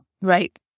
right